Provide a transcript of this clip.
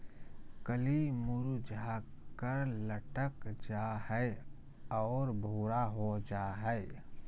कली मुरझाकर लटक जा हइ और भूरा हो जा हइ